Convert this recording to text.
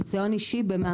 ניסיון אישי במה?